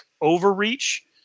overreach